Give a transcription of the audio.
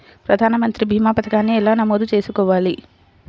ప్రధాన మంత్రి భీమా పతకాన్ని ఎలా నమోదు చేసుకోవాలి?